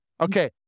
Okay